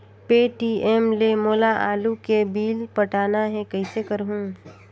Paytm ले मोला आलू के बिल पटाना हे, कइसे करहुँ?